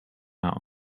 out